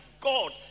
God